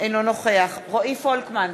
אינו נוכח רועי פולקמן,